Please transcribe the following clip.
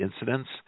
incidents